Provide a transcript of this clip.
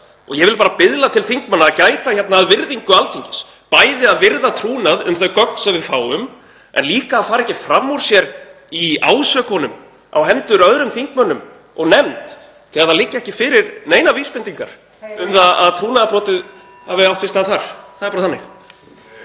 Ég vil biðla til þingmanna að gæta að virðingu Alþingis, bæði að virða trúnað um þau gögn sem við fáum en fara líka ekki fram úr sér í ásökunum á hendur öðrum þingmönnum og nefnd þegar það liggja ekki fyrir neinar vísbendingar um að trúnaðarbrotið hafi átt sér stað þar. Það er bara þannig.